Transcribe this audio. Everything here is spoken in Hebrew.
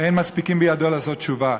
אין מספיקים בידו לעשות תשובה,